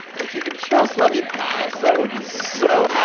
if you could just let me pass, that would be so